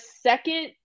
second